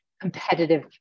competitive